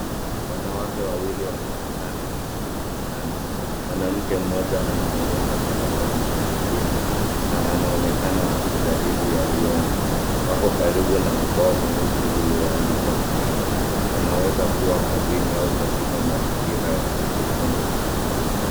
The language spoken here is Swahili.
Wanawake wawili wanaonekana wakishirikiana mwanamke mmoja anaonyesha karatasi kwa mwingine na wanaonekana wakijadili yaliyomo. Wako karibu na ubao mweusi ulio andikwa maneno wanaweza kuwa kazini au katika mazingira ya kujifunza.